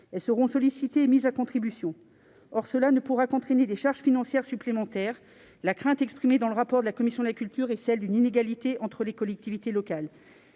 qui seront sollicitées et mises à contribution. Cela ne pourra qu'entraîner des charges financières supplémentaires. La crainte exprimée dans le rapport de la commission de la culture est celle d'une inégalité entre les collectivités locales.